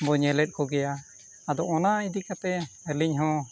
ᱵᱚᱱ ᱧᱮᱞᱮᱫ ᱠᱚᱜᱮᱭᱟ ᱟᱫᱚ ᱚᱱᱟ ᱤᱫᱤ ᱠᱟᱛᱮᱫ ᱟᱹᱞᱤᱧ ᱦᱚᱸ